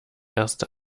erste